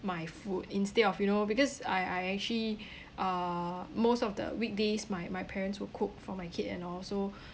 my food instead of you know because I I actually uh most of the weekdays my my parents will cook for my kid and all so